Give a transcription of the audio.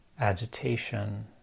agitation